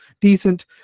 decent